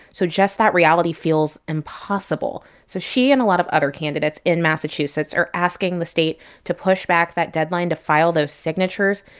so just that reality feels impossible. so she and a lot of other candidates in massachusetts are asking the state to push back that deadline to file those signatures.